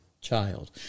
child